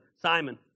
Simon